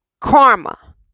Karma